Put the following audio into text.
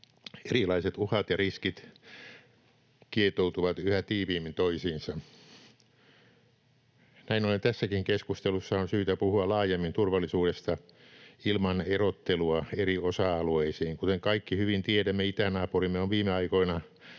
Erilaiset uhat ja riskit kietoutuvat yhä tiiviimmin toisiinsa. Näin ollen tässäkin keskustelussa on syytä puhua laajemmin turvallisuudesta ilman erottelua eri osa-alueisiin. Kuten kaikki hyvin tiedämme, itänaapurimme on viime aikoina